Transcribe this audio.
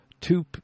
two